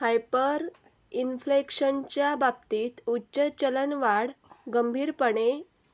हायपरइन्फ्लेशनच्या बाबतीत उच्च चलनवाढ गंभीरपणे